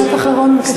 משפט אחרון בבקשה.